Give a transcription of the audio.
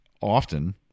often